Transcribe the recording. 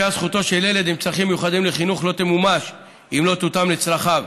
עם צרכים מיוחדים לחינוך לא תמומש אם לא תותאם לצרכיו,